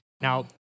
Now